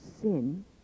sin